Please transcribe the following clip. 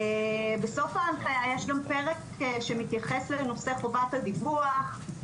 בסוף ההנחיה יש גם פרק שמתייחס לנושא חובת הדיווח,